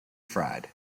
fried